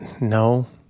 No